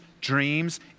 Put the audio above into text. dreams